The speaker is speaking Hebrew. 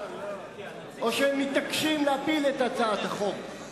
או שהם מתעקשים להפיל את הצעת החוק?